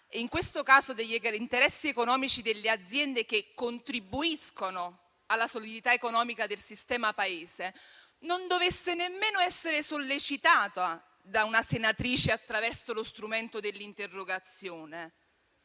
e in questo caso degli interessi economici delle aziende che contribuiscono alla solidità economica del sistema Paese, non avrebbe dovuto nemmeno essere sollecitato da una senatrice attraverso lo strumento dell'interrogazione.